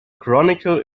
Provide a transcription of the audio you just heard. chronicle